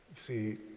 See